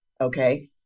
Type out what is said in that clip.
Okay